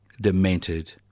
demented